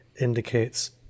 indicates